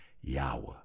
Yahweh